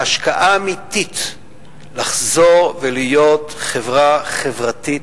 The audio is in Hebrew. ההשקעה האמיתית כדי לחזור ולהיות חברה חברתית,